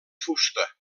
fusta